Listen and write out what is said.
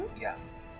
Yes